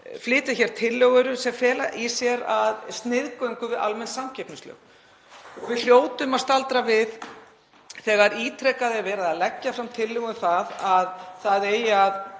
flytja hér tillögur ítrekað sem fela í sér sniðgöngu við almenn samkeppnislög. Við hljótum að staldra við þegar ítrekað er verið að leggja fram tillögur um að það eigi